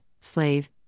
slave